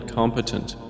competent